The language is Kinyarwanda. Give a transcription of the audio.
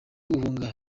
guhunga